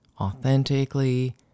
authentically